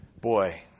boy